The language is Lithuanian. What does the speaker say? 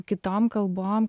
kitom kalbom